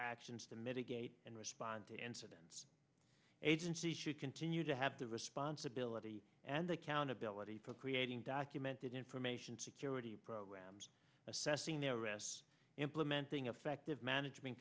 actions to mitigate and respond to incidents agency should continue to have the responsibility and accountability for creating documented information security programs assessing their rest implementing effective management